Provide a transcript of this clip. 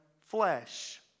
flesh